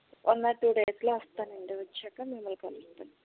one or two డేస్లో వస్తాను అండి వచ్చాక మిమల్ని కలుస్తాను